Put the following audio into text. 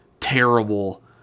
terrible